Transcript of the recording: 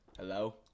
Hello